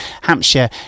hampshire